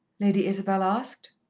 lady isabel asked.